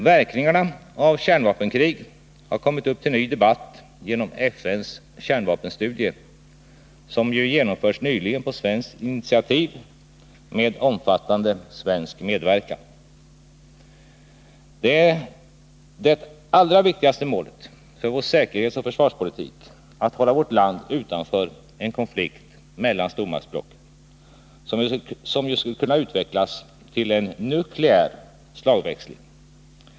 Verkningarna av kärnvapenkrig har kommit upp till ny debatt genom FN:s kärnvapenstudie, som ju genomförts nyligen på svenskt initiativ med omfattande svensk medverkan. Det är det allra viktigaste målet för vår säkerhetsoch försvarspolitik att hålla vårt land utanför en konflikt mellan stormaktsblocken, som ju skulle kunna utvecklas till en nukleär slagväxling.